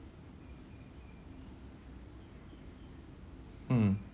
mm